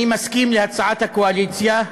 אני מסכים להצעת הקואליציה,